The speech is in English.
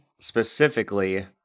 specifically